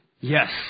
Yes